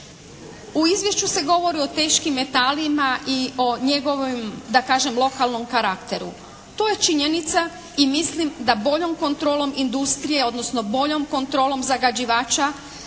U izvješću se govori o teškim metalima i o njegovom da kažem lokalnom karakteru. To je činjenica i mislim da boljom kontrolom industrije odnosno boljom kontrolom zagađivača